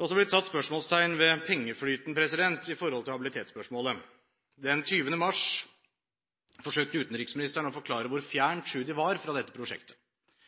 er også blitt satt spørsmålstegn ved pengeflyten i forhold til habilitetsspørsmålet. Den 20. mars forsøkte utenriksministeren å forklare hvor fjern Tschudi var fra dette prosjektet.